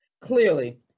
Clearly